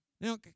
Now